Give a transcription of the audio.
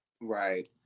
Right